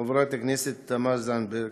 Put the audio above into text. חברת הכנסת תמר זנדברג,